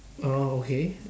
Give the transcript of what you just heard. oh okay